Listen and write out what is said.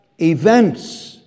events